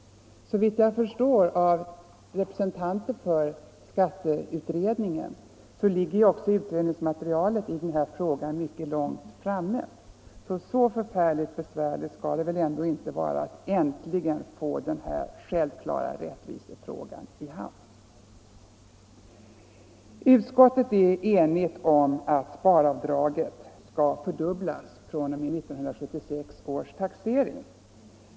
Enligt vad jag har inhämtat från ledamöter av skatteutredningen ligger också utredningsmaterialet i denna fråga mycket långt framme. Så förfärligt svårt skall det väl ändå inte vara att äntligen få den här självklara rättvisefrågan i hamn. Utskottet är enigt om att sparavdraget skall fördubblas fr.o.m. 1976 års taxering.